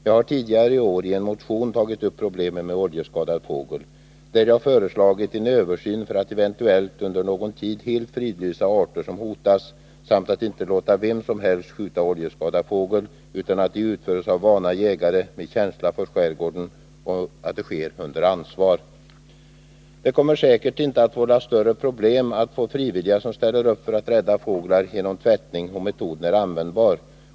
Jag har tidigare i år i en motion tagit upp problemen med oljeskadad fågel, varvid jag föreslagit att det företas en översyn för att eventuellt under någon tid helt fridlysa arter som hotas samt att man inte låter vem som helst skjuta oljeskadad fågel. Skjutningen bör utföras under ansvar av vana jägare med känsla för skärgården. Det kommer säkert inte att vålla större problem att få frivilliga att ställa upp för att rädda fåglar genom tvättning, om metoden är användbar.